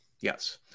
Yes